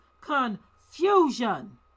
confusion